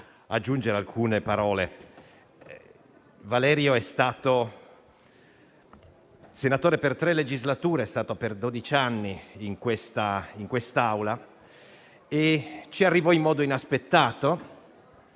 aggiungere alcune parole. Valerio è stato senatore per tre legislature ed è stato per dodici anni in questa Aula. Ci arrivò in modo inaspettato,